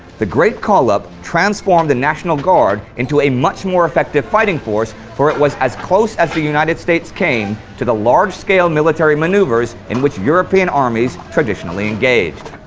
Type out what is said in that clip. the great call up transformed the national guard into a much more effective fighting force, for it was as close as the united states came to the large scale military maneuvers in which european armies traditionally engaged.